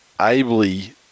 ably